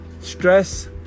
stress